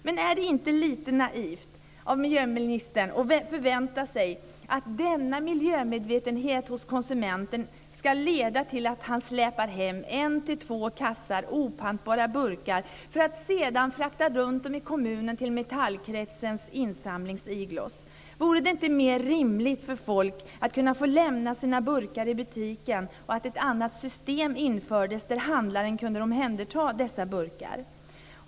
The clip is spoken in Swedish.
Men är det inte lite naivt av miljöministern att förvänta sig att denna miljömedvetenhet hos konsumenten ska leda till att han släpar hem en-två kassar opantbara burkar för att sedan frakta runt dem i kommunen till Metallkretsens insamlingsigloos? Vore det inte mer rimligt för folk att få lämna sina burkar i butiken och att ett annat system infördes där handlaren kunde omhänderta dessa burkar?